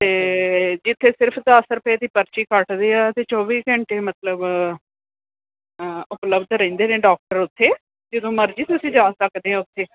ਅਤੇ ਜਿੱਥੇ ਸਿਰਫ ਦਸ ਰੁਪਏ ਦੀ ਪਰਚੀ ਕੱਟਦੇ ਆ ਅਤੇ ਚੌਵੀ ਘੰਟੇ ਮਤਲਬ ਉਪਲਬਧ ਰਹਿੰਦੇ ਨੇ ਡਾਕਟਰ ਉੱਥੇ ਜਦੋਂ ਮਰਜ਼ੀ ਤੁਸੀਂ ਜਾ ਸਕਦੇ ਹੋ ਉੱਥੇ